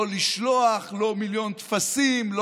לא לשלוח מיליון טפסים,